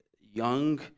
young